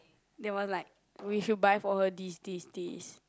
they want like we should buy for her this this this